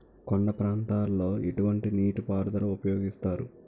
కొండ ప్రాంతాల్లో ఎటువంటి నీటి పారుదల ఉపయోగిస్తారు?